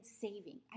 saving